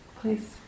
Please